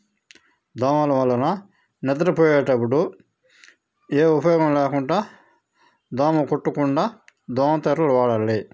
దోమల వలన నిద్ర పోయేటప్పుడు ఏ ఉపయోగం లేకుండా దోమ కుట్టకుండా దోమతెరలు వాడాలి